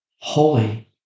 Holy